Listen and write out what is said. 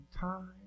time